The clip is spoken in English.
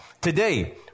Today